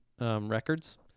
records